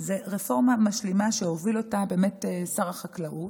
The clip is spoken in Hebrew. רפורמה משלימה שהוביל שר החקלאות,